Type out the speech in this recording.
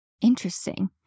Interesting